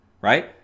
Right